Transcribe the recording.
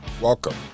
Welcome